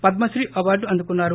Padmashri award అందుకున్నారు